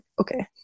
okay